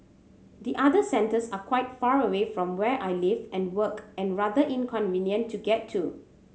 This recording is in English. the other centres are quite far away from where I live and work and rather inconvenient to get to